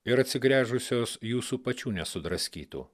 ir atsigręžusios jūsų pačių nesudraskytų